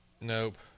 Nope